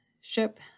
ship